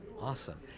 Awesome